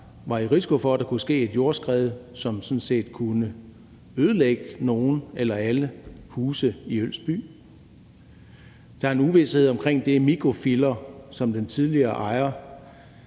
var risiko for, at der kunne ske et jordskred, som sådan set kunne ødelægge nogle eller alle huse i Ølst by. Der er en uvished om, at det microfiller, som den tidligere ejer